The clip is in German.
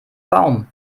baum